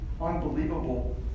unbelievable